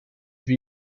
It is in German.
wie